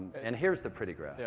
and here's the pretty graph. yeah